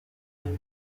toile